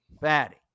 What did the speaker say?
fatty